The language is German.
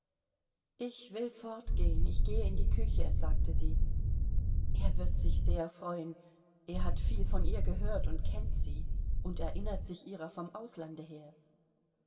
ich will fortgehen ich gehe in die küche sagte sie er wird sich sehr freuen er hat viel von ihr gehört und kennt sie und erinnert sich ihrer vom auslande her